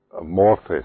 amorphous